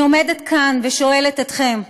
אני עומדת כאן ושואלת אתכם: